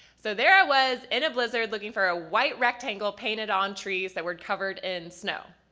so, there i was in a blizzard, looking for a white rectangle painted on trees that were covered in snow.